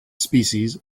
species